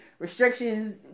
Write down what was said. restrictions